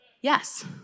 Yes